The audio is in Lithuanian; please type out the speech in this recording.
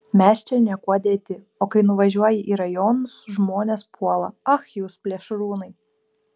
mes čia niekuo dėti o kai nuvažiuoji į rajonus žmonės puola ach jūs plėšrūnai